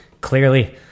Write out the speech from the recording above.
clearly